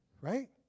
right